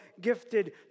gifted